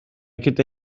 gyda